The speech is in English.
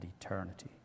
eternity